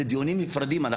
זה דיונים נפרדים.